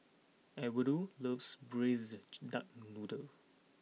Edwardo loves Braised Duck Noodle